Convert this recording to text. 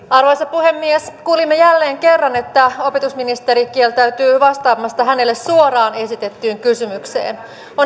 puhemies kuulimme jälleen kerran että opetusministeri kieltäytyy vastaamasta hänelle suoraan esitettyyn kysymykseen